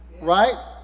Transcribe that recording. right